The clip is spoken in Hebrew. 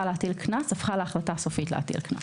להטיל קנס הפכה להחלטה סופית להטיל קנס.